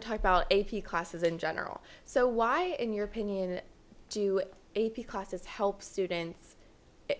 to talk about a p classes in general so why in your opinion do a p classes help students